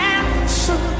answer